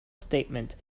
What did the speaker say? statement